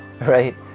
right